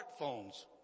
smartphones